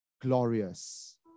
glorious